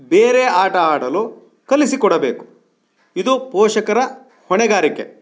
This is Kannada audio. ಬೇರೆ ಆಟ ಆಡಲು ಕಲಿಸಿಕೊಡಬೇಕು ಇದು ಪೋಷಕರ ಹೊಣೆಗಾರಿಕೆ